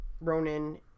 Ronan